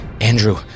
Andrew